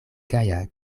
gaja